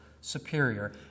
superior